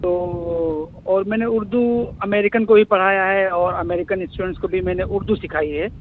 تو اور میں نے اردو امریکن کو بھی پڑھایا ہے اور امریکن اسٹوڈنٹس کو بھی میں نے اردو سکھائی ہے